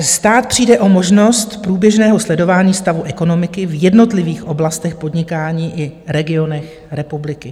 Stát přijde o možnost průběžného sledování stavu ekonomiky v jednotlivých oblastech podnikání i regionech republiky.